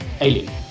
Alien